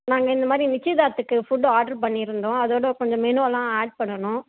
நாங்கள் இந்த மாதிரி நிச்சயதார்த்துக்கு ஃபுட்டு ஆர்டர் பண்ணியிருந்தோம் அதோடு கொஞ்சம் மெனு எல்லாம் ஆட் பண்ணணும்